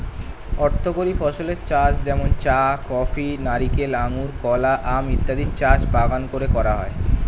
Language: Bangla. অর্থকরী ফসলের চাষ যেমন চা, কফি, নারিকেল, আঙুর, কলা, আম ইত্যাদির চাষ বাগান করে করা হয়